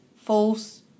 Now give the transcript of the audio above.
false